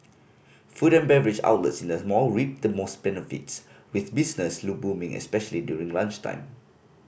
food and beverage outlets in the mall reaped the most benefits with business booming especially during lunchtime